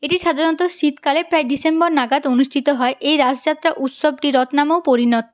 এটি সাধারণত শীতকালে প্রায় ডিসেম্বর নাগাদ অনুষ্ঠিত হয় এই রাস যাত্রা উৎসবটি রথ না্মেও পরিচিত